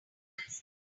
analysis